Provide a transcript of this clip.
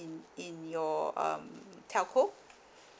in your um telco